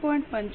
75 માં 1